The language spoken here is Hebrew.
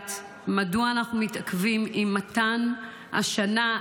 לדעת מדוע אנחנו מתעכבים עם מתן השנה,